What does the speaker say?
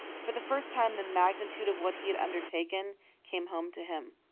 for the first time the magnitude of what he had undertaken came home to him.